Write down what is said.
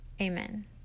Amen